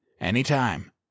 Anytime